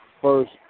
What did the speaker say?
first